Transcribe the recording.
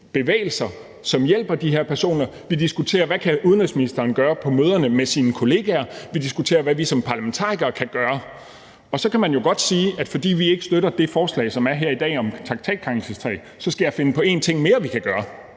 bevægelser, som hjælper de her personer; vi diskuterer, hvad udenrigsministeren kan gøre på møderne med sine kollegaer; og vi diskuterer, hvad vi som parlamentarikere kan gøre. Så kan man jo godt sige, at fordi vi ikke støtter det forslag, der er til behandling her i dag, om en traktatkrænkelsessag, skal jeg finde på en ting mere, vi kan gøre